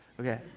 Okay